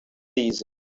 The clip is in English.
season